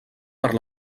per